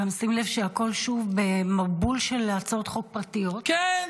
גם שים לב שהכול שוב במבול של הצעות חוק פרטיות -- כן,